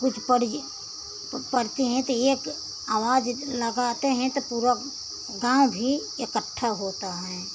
कुछ परवी पड़ते हैं तो एक आवाज लगाते हैं तो पूरा गाँव भी इकठ्ठा होता है